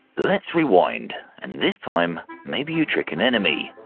let's rewind and this time, maybe you trick an enemy,